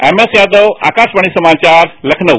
MS Yadav Akashvani समाचार लखनऊ